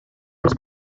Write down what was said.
was